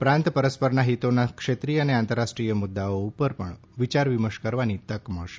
ઉપરાંત પરસ્પરના હિતોના ક્ષેત્રીય અને આંતરરાષ્ટ્રીય મુદ્દાઓ ઉપર પણ વિચાર વિમર્શ કરવાની તક મળશે